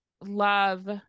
love